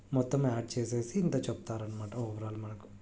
మొత్తం యాడ్ చేసేసి ఇంత చెప్తారన్నమాట ఓవరాల్ మనకు